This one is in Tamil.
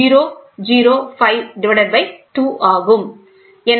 005 2 ஆகும்